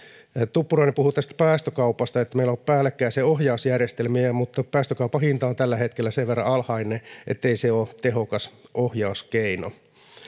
tuppurainen puhui tästä päästökaupasta että meillä on päällekkäisiä ohjausjärjestelmiä mutta päästökaupan hinta on tällä hetkellä sen verran alhainen ettei se ole tehokas ohjauskeino